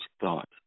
thought